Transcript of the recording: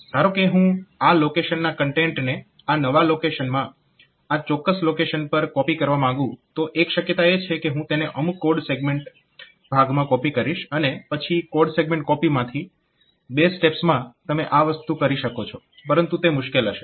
ધારો કે હું આ લોકેશનના કન્ટેન્ટને આ નવા સેગમેન્ટમાં આ ચોક્કસ લોકેશન પર કોપી કરવા માંગું તો એક શક્યતા એ છે કે હું તેને અમુક કોડ સેગમેન્ટ ભાગમાં કોપી કરીશ અને પછી કોડ સેગમેન્ટ કોપીમાંથી બે સ્ટેપ્સમાં તમે આ વસ્તુ કરી શકો છો પરંતુ તે મુશ્કેલ હશે